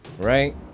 Right